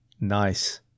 nice